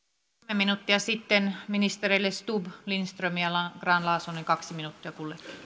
sipilä kolme minuuttia sitten ministereille stubb lindström ja grahn laasonen kaksi minuuttia kullekin